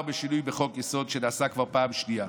בשינוי בחוק-יסוד שנעשה כבר פעם שנייה,